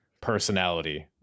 personality